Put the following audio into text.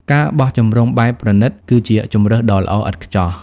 ការបោះជំរំបែបប្រណីត គឺជាជម្រើសដ៏ល្អឥតខ្ចោះ។